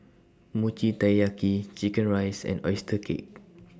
Mochi Taiyaki Chicken Rice and Oyster Cake